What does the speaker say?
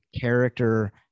character